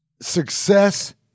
Success